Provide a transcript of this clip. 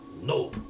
no